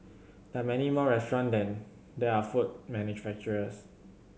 there are many more restaurant than there are food manufacturers